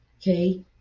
Okay